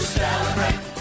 celebrate